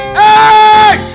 hey